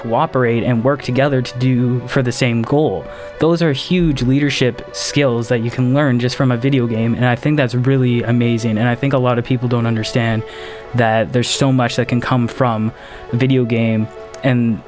cooperate and work together to do for the same goal those are huge leadership skills that you can learn just from a video game and i think that's really amazing and i think a lot of people don't understand that there's so much that can come from a video game and